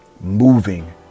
moving